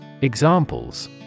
Examples